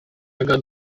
aga